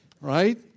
Right